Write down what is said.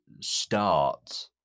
start